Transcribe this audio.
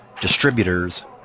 distributors